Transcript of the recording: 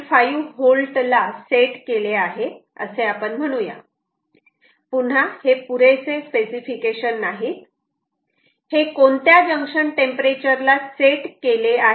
5 V ला set केले आहे असे आपण म्हणू या पुन्हा हे पुरेसे स्पेसिफिकेशन नाहीत हे कोणत्या जंक्शन टेम्परेचर ला सेट केले आहे